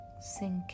sink